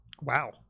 Wow